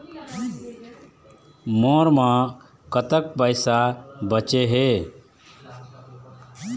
मोर म कतक पैसा बचे हे?